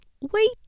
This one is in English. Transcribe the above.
wait